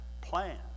plan